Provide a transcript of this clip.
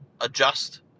adjust